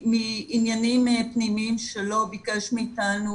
מעניינים פנימיים שלו, ביקש מאיתנו